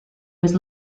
was